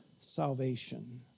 salvation